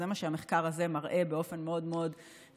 זה מה שהמחקר הזה מראה באופן מאוד מאוד דחוף,